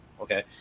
okay